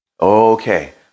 Okay